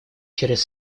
через